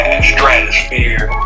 stratosphere